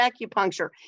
acupuncture